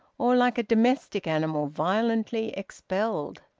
or like a domestic animal violently expelled.